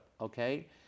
Okay